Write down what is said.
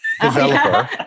developer